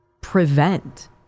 prevent